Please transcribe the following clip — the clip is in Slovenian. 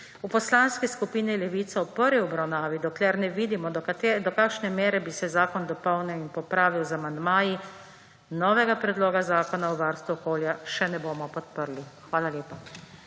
v Poslanski skupini Levica v prvi obravnavi, dokler ne vidimo, do kakšne mere bi se zakon dopolnil in popravil z amandmaji, novega predloga Zakona o varstvu okolja še ne bomo podprli. Hvala.